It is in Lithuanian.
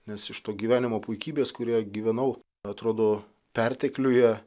nes iš to gyvenimo puikybės kurioje gyvenau atrodo pertekliuje